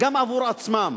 גם עבור עצמם.